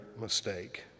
mistake